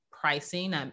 pricing